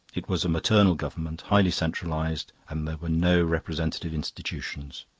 it was a maternal government, highly centralised, and there were no representative institutions.